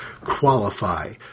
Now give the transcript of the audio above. qualify